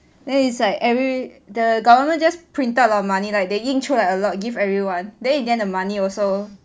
then is like every the government just printed a lot of money like they 印出来 a lot give everyone then in the end the money also